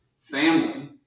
family